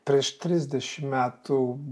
prieš trisdešim metų